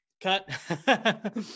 cut